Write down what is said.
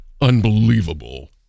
unbelievable